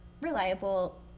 reliable